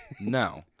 No